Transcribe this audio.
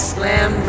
Slam